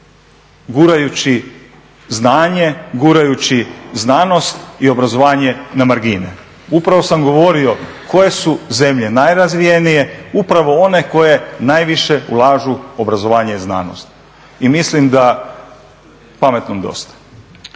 gurajući znanje, gurajući znanost i obrazovanje na margine. Upravo sam govorio koje su zemlje najrazvijenije, upravo one koje najviše ulažu u obrazovanje i znanost. I mislim da pametnom dosta.